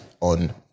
on